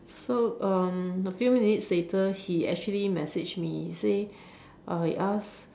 so um a few minutes later he actually messaged me say uh he ask